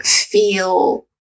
feel